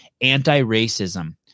anti-racism